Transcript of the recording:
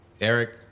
Eric